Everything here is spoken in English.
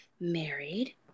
married